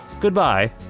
Goodbye